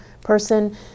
person